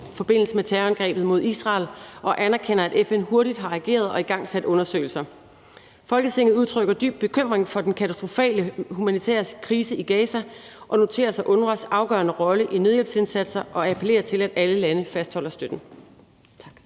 medvirken i terrorangrebet mod Israel og anerkender, at FN hurtigt har ageret og igangsat undersøgelser. Folketinget udtrykker dyb bekymring for den katastrofale humanitære krise i Gaza og noterer sig UNRWA’s afgørende rolle i nødhjælpsindsatsen og appellerer til, at alle lande fastholder støtten.«